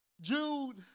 Jude